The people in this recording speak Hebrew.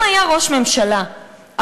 אם היה ראש ממשלה אחר,